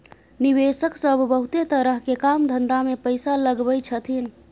निवेशक सब बहुते तरह के काम धंधा में पैसा लगबै छथिन